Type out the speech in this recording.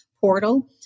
Portal